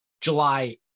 July